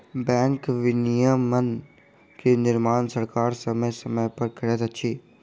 bank विनियमन के निर्माण सरकार समय समय पर करैत अछि